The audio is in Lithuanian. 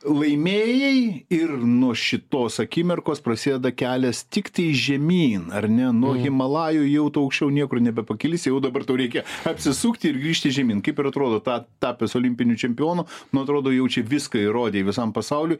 laimėjai ir nuo šitos akimirkos prasideda kelias tiktai žemyn ar ne nuo himalajų jau tu aukščiau niekur nebepakilsi jau dabar tau reikia apsisukti ir grįžti žemyn kaip ir atrodo tad tapęs olimpiniu čempionu nu atrodo jau čia viską įrodei visam pasauliui